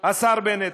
השר בנט?